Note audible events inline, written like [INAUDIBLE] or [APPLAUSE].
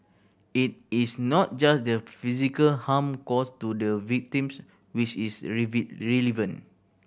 it is not just the physical harm caused to the victims which is [UNINTELLIGIBLE] relevant